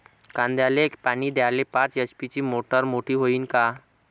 कांद्याले पानी द्याले पाच एच.पी ची मोटार मोटी व्हईन का?